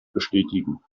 bestätigen